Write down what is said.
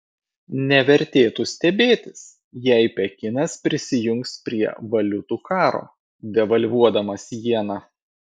nevertėtų stebėtis jei pekinas prisijungs prie valiutų karo devalvuodamas jeną